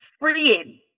freeing